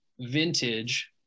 vintage